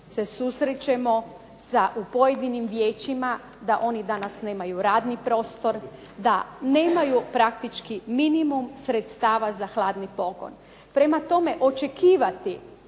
se susrećemo u pojedinim vijećima da oni danas nemaju radni prostor, da nemaju praktički minimum sredstava za hladni pogon. Prema tome, očekivati